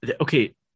Okay